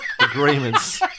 agreements